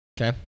Okay